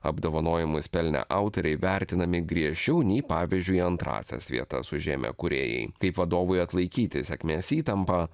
apdovanojimus pelnę autoriai vertinami griežčiau nei pavyzdžiui antrąsias vietas užėmę kūrėjai kaip vadovui atlaikyti sėkmės įtampą